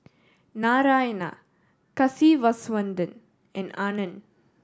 Narayana Kasiviswanathan and Anand